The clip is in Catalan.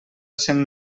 cent